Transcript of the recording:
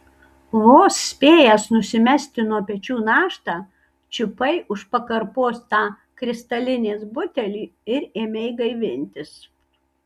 vos spėjęs nusimesti nuo pečių naštą čiupai už pakarpos tą kristalinės butelį ir ėmei gaivintis